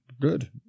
good